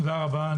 תודה רבה.